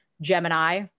Gemini